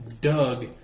Doug